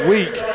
Week